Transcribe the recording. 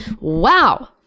Wow